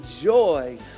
joy